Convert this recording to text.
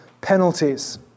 penalties